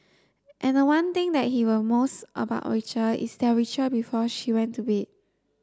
and the one thing that he will most about Rachel is their ritual before she went to bed